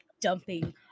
dumping